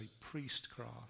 priestcraft